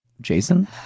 Jason